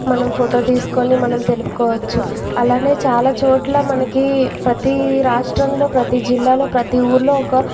మనం ఫోటో తీసుకొని మనం తెలుపుకోవచ్చు అలానే చాలా చోట్ల మనకి ప్రతి రాష్ట్రంలో ప్రతి జిల్లాలో ప్రతి ఊర్లో ఒక